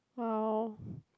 !wow!